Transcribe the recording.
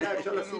אפשר לשים